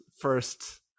first